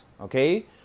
okay